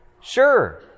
Sure